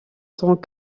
tant